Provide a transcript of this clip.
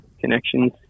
connections